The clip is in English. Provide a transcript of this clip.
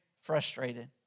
frustrated